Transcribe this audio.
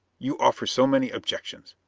you offer so many objections!